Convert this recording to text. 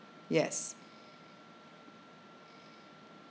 yes